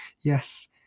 Yes